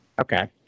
Okay